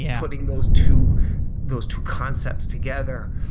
yeah putting those two those two concepts together,